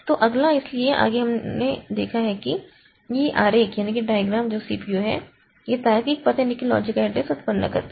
तो अगला इसलिए आगे हम देखेंगे कि यह आरेख जो CPU है वह तार्किक पता उत्पन्न करता है